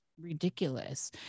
ridiculous